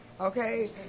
okay